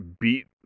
beat